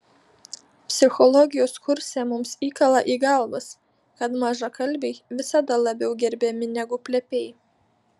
psichologijos kurse mums įkala į galvas kad mažakalbiai visada labiau gerbiami negu plepiai